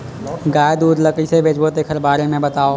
गाय दूध ल कइसे बेचबो तेखर बारे में बताओ?